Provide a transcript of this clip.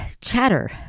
chatter